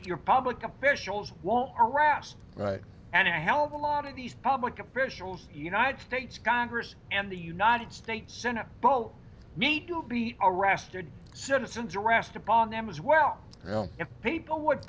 your public officials won't arrest right and a hell of a lot of these public officials united states congress and the united states senate both need to be arrested citizens arrest upon them as well you know if people would